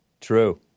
True